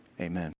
amen